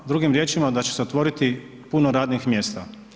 Drugim riječima da će se otvoriti puno radnih mjesta.